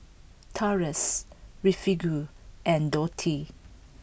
Taurus Refugio and Dotty